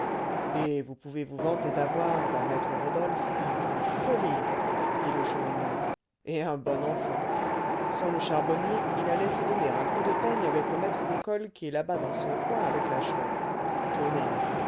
et vous pouvez vous vanter d'avoir dans maître rodolphe un ami solide dit le chourineur et un bon enfant sans le charbonnier il allait se donner un coup de peigne avec le maître d'école qui est là-bas dans son coin avec la chouette tonnerre